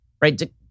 right